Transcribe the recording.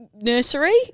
nursery